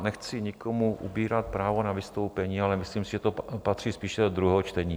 Nechci nikomu ubírat právo na vystoupení, ale myslím si, že to patří spíše do druhého čtení.